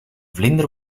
vlinder